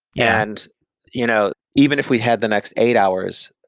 yeah and you know even if we had the next eight hours,